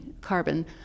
carbon